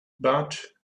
but